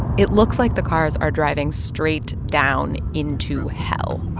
it looks like the cars are driving straight down into hell